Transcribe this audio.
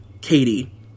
Katie